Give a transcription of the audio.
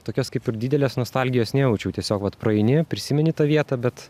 tokios kaip ir didelės nostalgijos nejaučiau tiesiog vat praeini prisimeni tą vietą bet